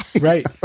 Right